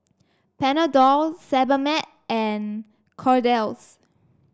Panadol Sebamed and Kordel's